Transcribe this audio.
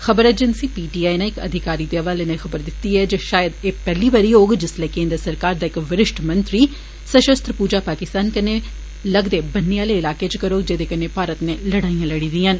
खबर agency P T I नै इक अधिकारी दे हवालै नै खबर दिती ऐ जे शायद एह पेहली बारी होग जिस्सले केन्द्र सरकार दा इक विरिष्ठ मंत्री सशस्त्र पूजा पगिकस्तान कन्नै लगदे बन्ने आले इलाके च करौग जेदे कन्नै भारत नै लडाइयां लड़ी दियां न